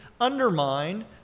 undermine